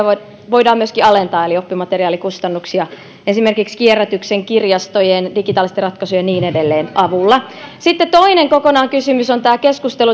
voidaan myöskin alentaa eli oppimateriaalikustannuksia esimerkiksi kierrätyksen kirjastojen digitaalisten ratkaisujen ja niin edelleen avulla sitten kokonaan toinen kysymys on tämä